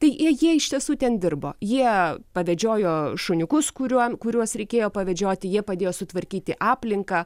tai jie iš tiesų ten dirbo jie pavedžiojo šuniukus kuriuo kuriuos reikėjo pavedžioti jie padėjo sutvarkyti aplinką